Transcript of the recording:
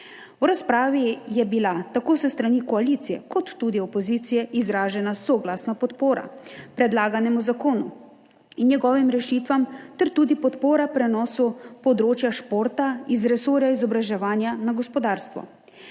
V razpravi je bila tako s strani koalicije kot tudi opozicije izražena soglasna podpora predlaganemu zakonu in njegovim rešitvam ter tudi podpora prenosu področja športa iz resorja izobraževanja na gospodarstvo.